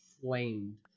flamed